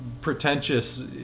pretentious